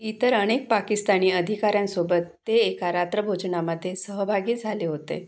इतर अनेक पाकिस्तानी अधिकाऱ्यांसोबत ते एका रात्रभोजनामध्ये सहभागी झाले होते